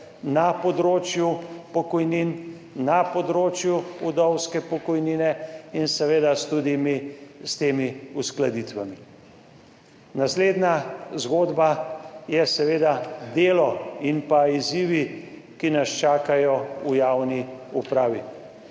na področju pokojnin, na področju vdovske pokojnine in seveda tudi mi s temi uskladitvami. Naslednja zgodba je seveda delo in pa izzivi, ki nas čakajo v javni upravi.